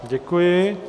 Děkuji.